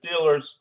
Steelers